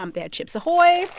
um they had chips ahoy.